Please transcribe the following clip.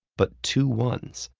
but two ones,